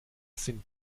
sind